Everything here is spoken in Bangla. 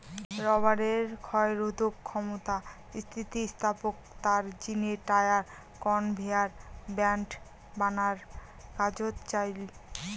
রবারের ক্ষয়রোধক ক্ষমতা, স্থিতিস্থাপকতার জিনে টায়ার, কনভেয়ার ব্যাল্ট বানার কাজোত চইল